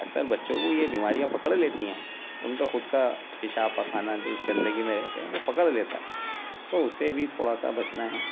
اکثر بچوں کو یہ بیماریاں پکڑ لیتی ہیں ان کا خود کا پیشاب پاخانہ جو اس گندگی میں رہتے ہیں وہ پکڑ لیتا ہے تو اس سے بھی تھوڑا سا بچنا ہے